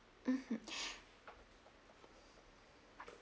mmhmm